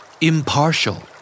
Impartial